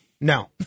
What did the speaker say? No